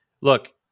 Look